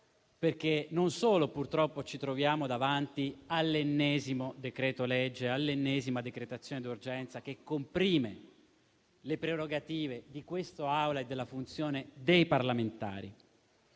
metodo. Non solo purtroppo ci troviamo davanti all'ennesimo decreto-legge e all'ennesima decretazione d'urgenza che comprime le prerogative di quest'Aula e della funzione dei parlamentari,